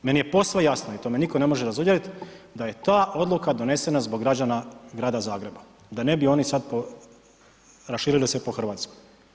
Meni je posve jasno i to me nitko ne može razuvjeriti da je ta odluka donesena zbog građana Grada Zagreba, da ne bi oni sad raširili se po Hrvatskoj.